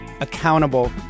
Accountable